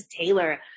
Taylor